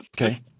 Okay